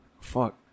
Fuck